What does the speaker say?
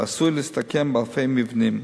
ועשוי להסתכם באלפי מבנים,